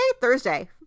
Thursday